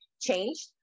changed